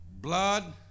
blood